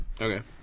Okay